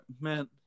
man